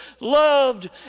loved